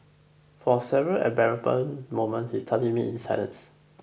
for several embarrassing moments he studied me in silence